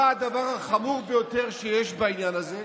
מה הדבר החמור ביותר שיש בעניין הזה?